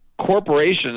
corporations